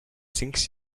things